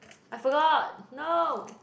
I forgot no